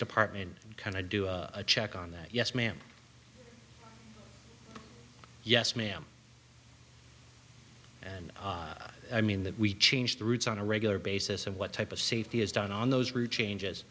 department kind of do a check on that yes ma'am yes ma'am and i mean that we change the routes on a regular basis and what type of safety is done on those routes changes